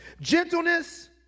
Gentleness